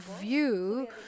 view